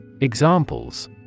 Examples